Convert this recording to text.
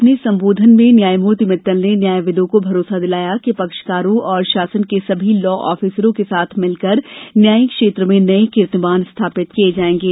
अपने संबोधन में न्यायमूर्ति मित्तल ने न्यायविदों को भरोसा दिलाया कि पक्षकारों और शासन के सभी लॉ ऑफिसरो के साथ मिलकर न्यायिक क्षेत्र में नए कीर्तिमान स्थापित किए जाएंगे